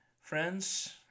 friends